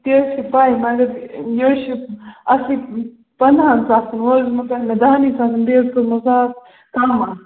تہِ حظ چھِ پاے مگر یہِ حظ چھُ اَکھتُے پَنٛدٕہن ساسَن وۄنۍ حظ دِیُتمو مےٚ تۄہہِ دَہنٕے ساسَن بیٚیہِ حظ کوٚرمو ساس کَم اَتھ